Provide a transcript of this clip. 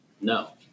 No